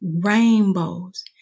rainbows